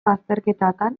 azterketetan